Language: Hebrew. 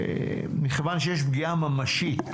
מכיוון שיש פגיעה ממשית,